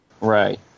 Right